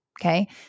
okay